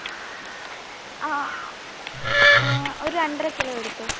ഒരു രണ്ടര കിലോ എടുത്തോ